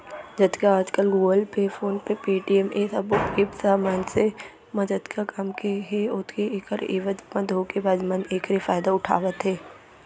जतका आजकल Google Pay, PhonePe, Paytm ए सबो ऐप्स ह मनसे म जतका काम के हे ओतके ऐखर एवज म धोखेबाज मन एखरे फायदा उठावत हे